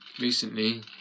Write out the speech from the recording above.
recently